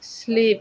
sleep